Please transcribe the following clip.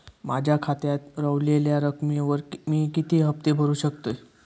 माझ्या खात्यात रव्हलेल्या रकमेवर मी किती हफ्ते भरू शकतय?